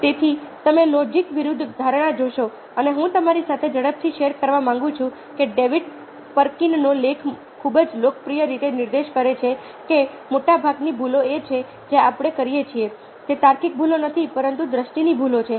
તેથી તમે લોજિક વિરુદ્ધ ધારણા જોશો અને હું તમારી સાથે ઝડપથી શેર કરવા માંગુ છું કે ડેવિડ પર્કિનનો લેખ ખૂબ જ લોકપ્રિય રીતે નિર્દેશ કરે છે કે મોટાભાગની ભૂલો એ છે જે આપણે કરીએ છીએ તે તાર્કિક ભૂલો નથી પરંતુ દ્રષ્ટિની ભૂલો છે